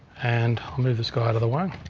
and i'll move this guy out of the way.